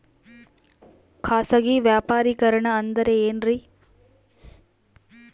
ಖಾಸಗಿ ವ್ಯಾಪಾರಿಕರಣ ಅಂದರೆ ಏನ್ರಿ?